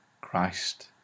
Christ